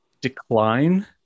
decline